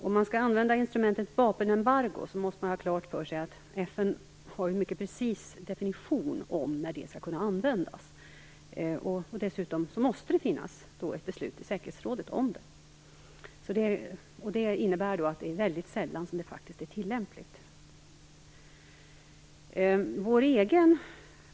Om man skall använda instrumentet vapenembargo måste man ha klart för sig att FN har en mycket precis definition av när det skall kunna användas. Dessutom måste det finnas ett beslut i säkerhetsrådet om det. Det innebär att det mycket sällan är tillämpligt.